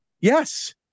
Yes